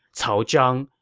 cao zhang,